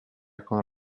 con